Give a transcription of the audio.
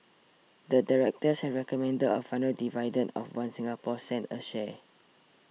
the directors have recommended a final dividend of One Singapore cent a share